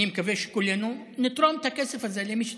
אני מקווה שכולנו, נתרום את הכסף הזה למי שצריך.